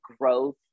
growth